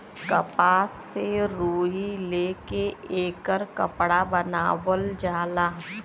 कपास से रुई ले के एकर कपड़ा बनावल जाला